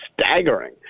staggering